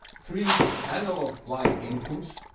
three analog line inputs,